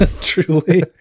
truly